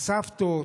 הסבתות,